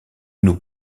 nous